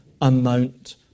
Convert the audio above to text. amount